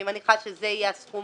אני מניחה שזה יהיה הסכום